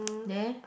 there